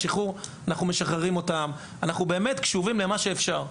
אנחנו קשובים למה שאפשר.